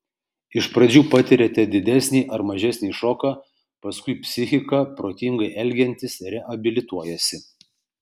iš pradžių patiriate didesnį ar mažesnį šoką paskui psichika protingai elgiantis reabilituojasi